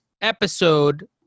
episode